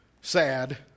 sad